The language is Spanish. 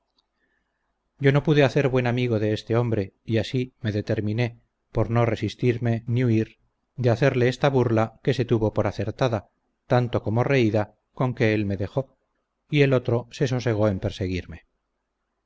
yo no pude hacer buen amigo de este hombre y así me determiné por no resistirme ni huir de hacerle esta burla que se tuvo por acertada tanto como reída con que él me dejó y el otro se sosegó en perseguirme